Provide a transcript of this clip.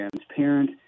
transparent